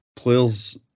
players